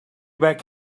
back